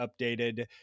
updated